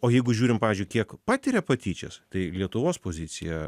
o jeigu žiūrim pavyzdžiui kiek patiria patyčias tai lietuvos pozicija